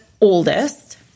oldest